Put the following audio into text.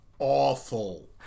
awful